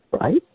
right